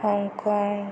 Hong Kong